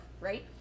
right